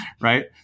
Right